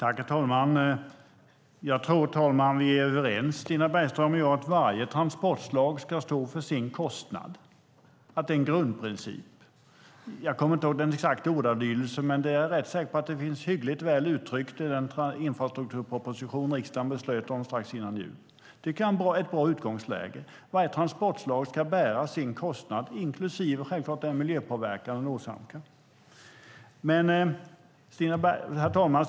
Herr talman! Jag tror att Stina Bergström och jag är överens om grundprincipen att varje transportslag ska stå för sin kostnad. Jag kommer inte ihåg den exakta ordalydelsen, men jag är rätt säker på att det finns hyggligt väl uttryckt i den infrastrukturproposition som riksdagen beslutade om strax innan jul. Det kan vara ett bra utgångsläge: Varje transportslag ska bära sin kostnad inklusive självklart den miljöpåverkan det åsamkar. Herr talman!